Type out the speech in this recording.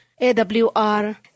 AWR